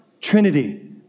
Trinity